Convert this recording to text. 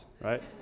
right